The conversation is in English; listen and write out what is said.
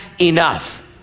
enough